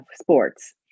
sports